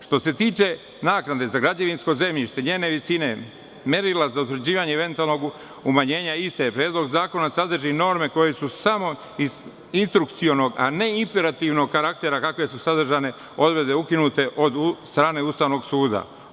Što se tiče naknade za građevinsko zemljište, njene visine, merila za utvrđivanje eventualnog umanjenja istog Predlog zakona sadrži norme koje su samo instrukcionog, a ne imperativnog karaktera kakve su sadržane odredbe ukinute od strane Ustavnog suda.